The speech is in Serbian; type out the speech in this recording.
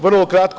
Vrlo kratko.